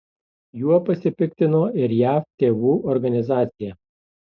juo pasipiktino ir jav tėvų organizacija